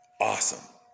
Awesome